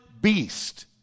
beast